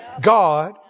God